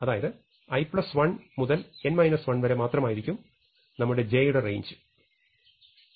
അതായത് i1 മുതൽ n 1 വരെ മാത്രമായിരിക്കും നമ്മുടെ j യുടെ റേഞ്ച്